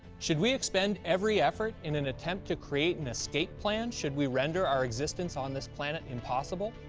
should we expend every effort in an attempt to create an escape plan should we render our existence on this planet impossible?